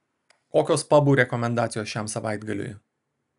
kokios pabų rekomendacijos šiam savaitgaliui